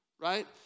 right